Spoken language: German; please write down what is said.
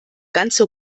ganze